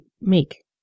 make